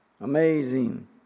amazing